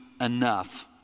enough